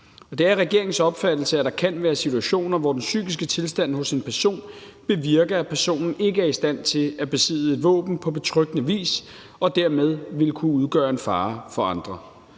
Det er regeringens opfattelse, at der kan være situationer, hvor den psykiske tilstand hos en person bevirker, at personen ikke er i stand til at besidde et våben på betryggende vis og dermed vil kunne udgøre en fare for andre.